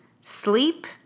sleep